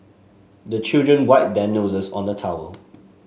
the children wipe their noses on the towel